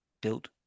built